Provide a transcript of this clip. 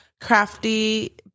crafty